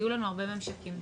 ויהיו לנו הרבה ממשקים,